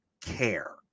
care